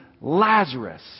Lazarus